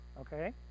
okay